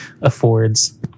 affords